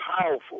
powerful